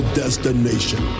destination